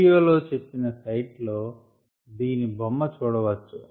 video లో చెప్పిన site లో దీని బొమ్మ చూడ వచ్చు